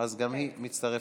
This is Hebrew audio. אז גם השרה מירי רגב מצטרפת.